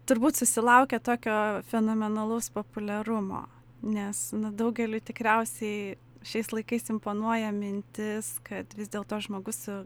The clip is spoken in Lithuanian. turbūt susilaukė tokio fenomenalaus populiarumo nes daugeliui tikriausiai šiais laikais imponuoja mintis kad vis dėlto žmogus su